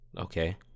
okay